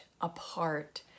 apart